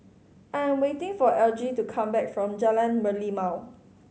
I am waiting for Algie to come back from Jalan Merlimau